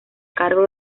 cargo